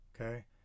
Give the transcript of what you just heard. Okay